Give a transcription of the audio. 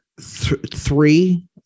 three